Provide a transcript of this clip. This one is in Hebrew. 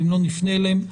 ואם לא נפנה אליהם.